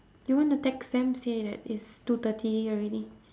you wanna text them say that it's two thirty already